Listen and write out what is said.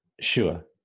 Sure